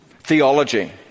Theology